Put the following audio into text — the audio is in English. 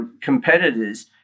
competitors